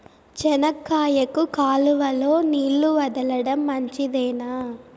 చెనక్కాయకు కాలువలో నీళ్లు వదలడం మంచిదేనా?